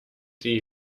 die